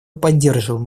поддерживаем